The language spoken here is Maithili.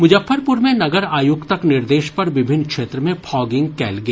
मुजफ्फरपुर मे नगर आयुक्तक निर्देश पर विभिन्न क्षेत्र मे फॉगिंग कयल गेल